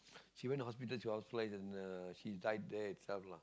she went to hospital she hospitalised and uh she died there itself lah